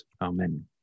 Amen